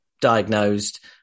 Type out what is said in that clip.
diagnosed